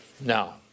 Now